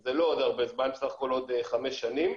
זה לא עוד הרבה זמן, בסך הכול עוד חמש שנים,